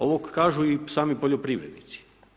Ovo kažu i sami poljoprivrednici.